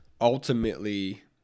ultimately